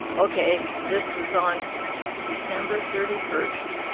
okay, this was on december thirty first.